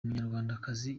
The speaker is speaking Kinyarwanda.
munyarwandakazi